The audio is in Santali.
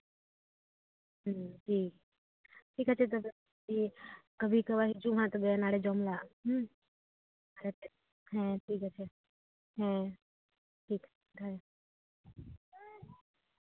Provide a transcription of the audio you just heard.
ᱦᱩᱸ ᱴᱷᱤᱠ ᱴᱷᱤᱠ ᱟᱪᱷᱮ ᱛᱚᱵᱮ ᱠᱟᱹᱢᱤ ᱠᱟᱛᱮ ᱦᱤᱡᱩᱜ ᱢᱮ ᱦᱟᱸᱜ ᱚᱱᱟᱨᱮ ᱡᱚᱢᱟᱞᱟᱝ ᱦᱩᱸ ᱦᱮᱸ ᱴᱷᱤᱠ ᱟᱪᱷᱮ ᱦᱮᱸ ᱴᱷᱤᱠ ᱫᱚᱦᱚᱭ ᱢᱮ